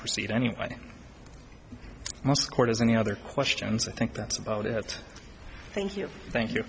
proceed anyway most court as any other questions i think that's about it thank you thank